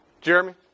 Jeremy